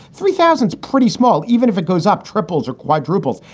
three thousand is pretty small. even if it goes up triples or quadruples,